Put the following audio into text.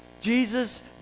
Jesus